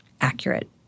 accurate